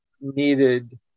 needed